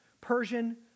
Persian